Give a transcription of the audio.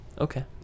okay